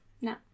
No